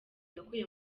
yakuye